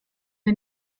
wir